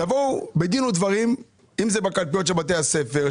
תבואו בדין עם הדברים מול המתנ"סים